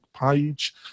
page